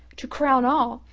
to crown all,